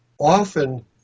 often